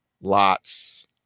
lots